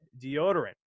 deodorant